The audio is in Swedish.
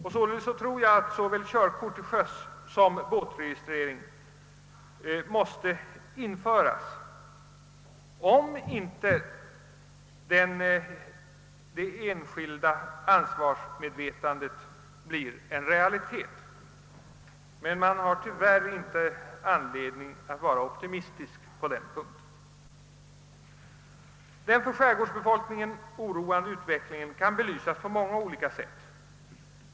Jag tror sålunda att såväl körkort till sjöss som registrering av småbåtar måste införas, såvida inte de enskilda människornas ansvarsmedvetande blir en realitet. Tyvärr har man ingen anledning att vara optimistisk på den punkten. Den för skärgårdsbefolkningen oroande utvecklingen kan belysas på många sätt.